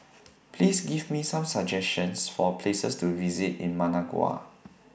Please Give Me Some suggestions For Places to visit in Managua